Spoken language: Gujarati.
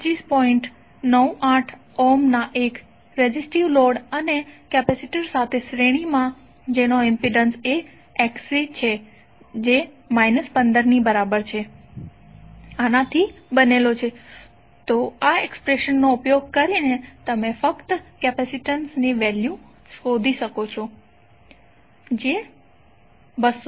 98 ઓહ્મ ના એક રેઝિસ્ટીવ લોડ અને કેપેસિટર સાથે શ્રેણીમાં જેનો ઇમ્પિડન્સ એ Xc છે જે 15 ની બરાબર છે થી બનેલો છે તો આ એક્સપ્રેશનનો ઉપયોગ કરીને તમે ફક્ત કેપેસિટીન્સની વેલ્યુ શોધી શકો છો જે 212